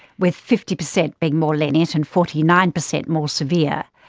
with fifty percent being more lenient and forty nine percent more severe.